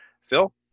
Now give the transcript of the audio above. Phil